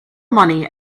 money